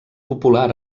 popular